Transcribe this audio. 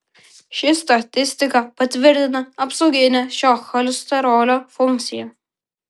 ši statistika patvirtina apsauginę šio cholesterolio funkciją